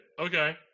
okay